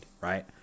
right